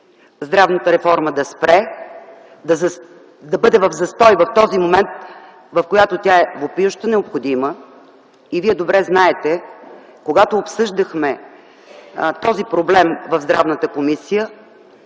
здравната реформа да спре, да бъде в застой в този момент, в която тя е въпиющо необходима. Вие добре знаете, когато обсъждахме този проблем в Комисията